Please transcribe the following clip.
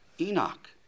Enoch